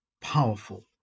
powerful